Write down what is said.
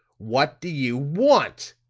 what do you want?